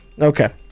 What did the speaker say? Okay